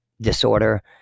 disorder